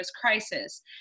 crisis